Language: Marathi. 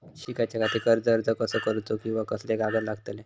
शिकाच्याखाती कर्ज अर्ज कसो करुचो कीवा कसले कागद लागतले?